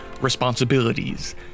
responsibilities